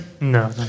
No